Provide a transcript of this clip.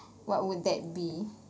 what would that be